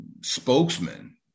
spokesman